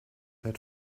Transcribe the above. had